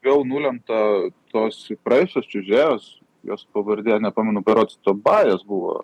jau nulemta tos praėjusios čiuožėjos jos pavardė nepamenu berods tobajas buvo